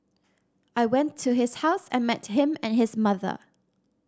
I went to his house and met him and his mother